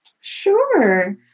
sure